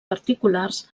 particulars